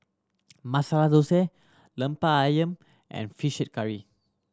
Masala Thosai Lemper Ayam and Fish Head Curry